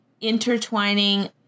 intertwining